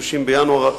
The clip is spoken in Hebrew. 30 בינואר 2010,